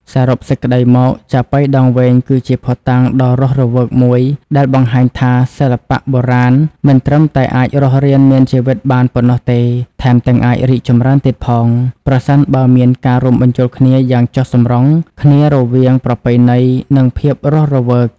សរុបសេចក្ដីមក ចាប៉ីដងវែង គឺជាភស្តុតាងដ៏រស់រវើកមួយដែលបង្ហាញថា សិល្បៈបុរាណមិនត្រឹមតែអាចរស់រានមានជីវិតបានប៉ុណ្ណោះទេ ថែមទាំងអាចរីកចម្រើនទៀតផង ប្រសិនបើមានការរួមបញ្ចូលគ្នាយ៉ាងចុះសម្រុងគ្នារវាង ប្រពៃណី និង ភាពរស់រវើក។